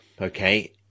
Okay